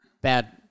bad